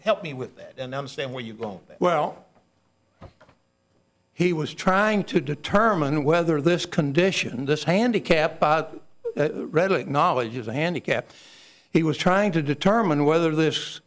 help me with that and understand where you go well he was trying to determine whether this condition this handicap readily acknowledges a handicap he was trying to determine whether this